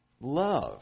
love